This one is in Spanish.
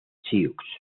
sioux